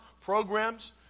programs